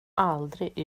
aldrig